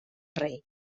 rei